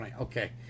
Okay